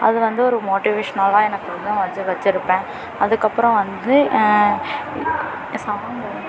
அது வந்து ஒரு மோட்டிவேஷ்னல்லாக எனக்கு இன்னும் வச்சு வச்சுருப்பேன் அதுக்கப்புறோம் வந்து சவுண்டு